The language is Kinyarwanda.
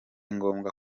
ngombwa